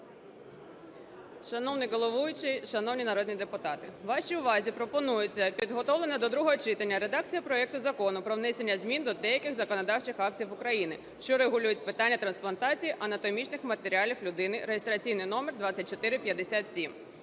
Шановний головуючий, шановні народні депутати! Вашій увазі пропонується підготовлена до другого читання редакція проекту Закону про внесення змін до деяких законодавчих актів України, що регулюють питання трансплантації анатомічних матеріалів людині (реєстраційний номер 2457).